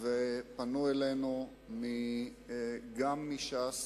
שפנו אלינו גם מש"ס